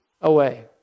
away